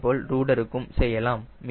இதேபோல் ரூடருக்கும் செய்யலாம்